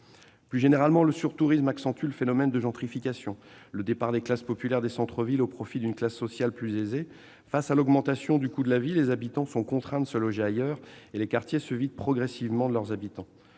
Plus généralement, le sur-tourisme accentue le phénomène de gentrification, le départ des classes populaires des centres-villes au profit d'une classe sociale plus aisée. Face à l'augmentation du coût de la vie, les habitants sont contraints de se loger ailleurs et les quartiers se vident progressivement de leurs habitants.